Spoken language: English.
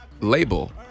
label